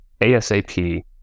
ASAP